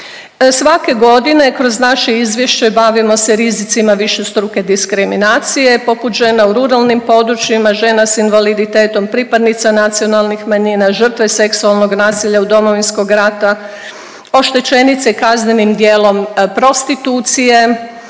Svake godine kroz naše izvješće bavimo se rizicima višestruke diskriminacije poput žena u ruralnim područjima, žena s invaliditetom, pripadnica nacionalnih manjina, žrtve seksualnog nasilja Domovinskog rata, oštećenice kaznenim djelom prostitucije,